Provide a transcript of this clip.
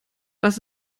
dass